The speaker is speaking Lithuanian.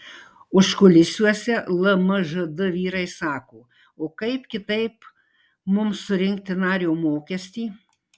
užkulisiuose lmžd vyrai sako o kaip kitaip mums surinkti nario mokestį